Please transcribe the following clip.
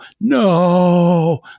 no